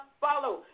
follow